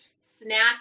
Snack